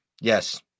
Yes